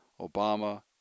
Obama